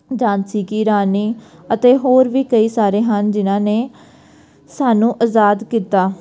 ਝਾਂਸੀ ਕੀ ਰਾਣੀ ਅਤੇ ਹੋਰ ਵੀ ਕਈ ਸਾਰੇ ਹਨ ਜਿਨ੍ਹਾਂ ਨੇ ਸਾਨੂੰ ਆਜ਼ਾਦ ਕੀਤਾ